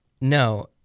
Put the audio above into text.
No